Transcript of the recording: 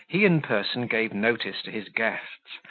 he in person gave notice to his guests,